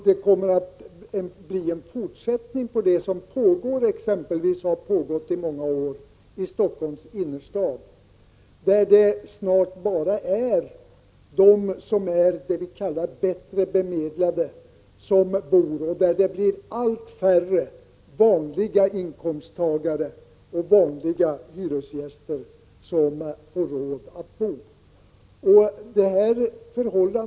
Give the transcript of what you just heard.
Den utveckling som pågår och har pågått i många år exempelvis i Stockholms innerstad, där det snart bara bor s.k. bättre bemedlade, medan allt färre vanliga inkomsttagare och hyresgäster har råd att bo där, kommer då att fortsätta.